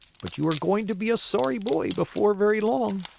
but you are going to be a sorry boy before very long.